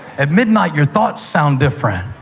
at midnight your thoughts sound different.